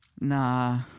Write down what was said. nah